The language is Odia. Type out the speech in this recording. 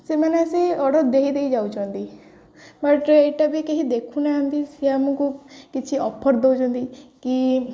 ସେମାନେ ସେଇ ଅର୍ଡର୍ ଦେଇ ଦେଇ ଯାଉଛନ୍ତି ବା ଏଟା ବି କେହି ଦେଖୁନାହାନ୍ତି ସିଏ ଆମକୁ କିଛି ଅଫର୍ ଦେଉଛନ୍ତି କି